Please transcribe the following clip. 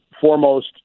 foremost